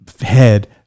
head